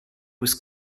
was